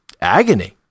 agony